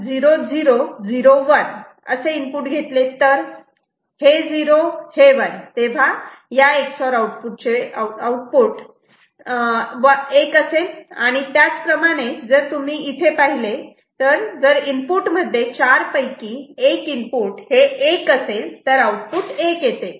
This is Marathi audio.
जर आपण 0 0 0 1 असे घेतले तर हे 0 हे 1 तेव्हा या Ex OR आउटपुट 1 असेल त्याचप्रमाणे जर तुम्ही इथे पाहिले जर इनपुट मध्ये चार पैकी 1 इनपुट 1 असेल तर आउटपुट 1 येते